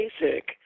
basic